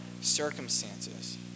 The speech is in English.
circumstances